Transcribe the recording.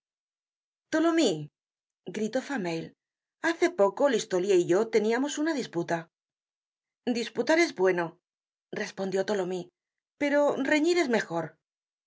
generated at tolomyes gritó fameuil hace poco listolier y yo teníamos una disputa disputar es bueno respondió tholomyes pero reñir es mejor